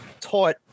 taught